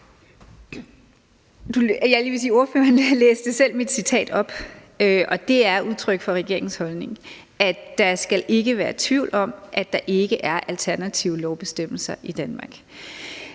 (Joy Mogensen): Spørgeren læste selv mit citat op, og det er udtryk for regeringens holdning, at der ikke skal være tvivl om, at der ikke er alternative lovbestemmelser i Danmark.